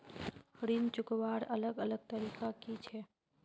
ऋण चुकवार अलग अलग तरीका कि छे?